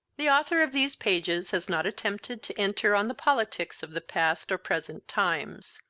the author of these pages has not attempted to enter on the politics of the past or present times.